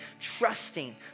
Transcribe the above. trusting